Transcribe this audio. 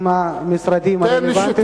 עם המשרדים הרלוונטיים.